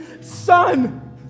Son